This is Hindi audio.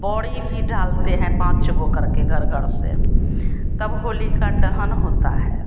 बड़ी भी डालते हैं पाँच बोकर के घर घर से तब होली का दहन होता है